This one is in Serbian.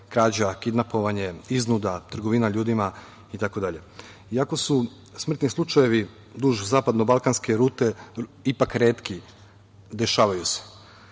krađa, kidnapovanje, iznuda, trgovina ljudima itd. Iako su smrtni slučajevi duž zapadno-balkanske rute ipak retki, dešavaju